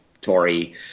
Tory